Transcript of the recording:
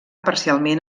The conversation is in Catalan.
parcialment